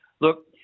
look